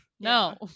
No